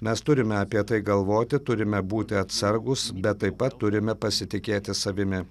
mes turime apie tai galvoti turime būti atsargūs bet taip pat turime pasitikėti savimi